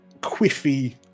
quiffy